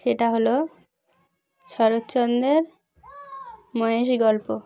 সেটা হলো শরৎচন্দ্রের মহেশ গল্প